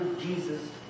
Jesus